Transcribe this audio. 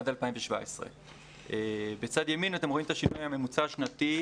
עד 2017. בצד ימין אתם רואים את שינוי הממוצע השנתי,